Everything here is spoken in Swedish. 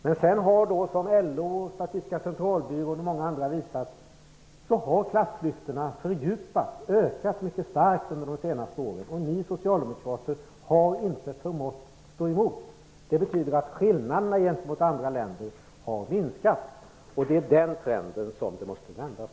Men sedan har, precis som LO, Statistiska centralbyrån och många andra har visat, klassklyftorna fördjupats och ökat mycket starkt under de senaste åren. Och ni socialdemokrater har inte förmått stå emot. Det betyder att skillnaderna gentemot andra länder har minskat. Det är den trenden som måste vändas.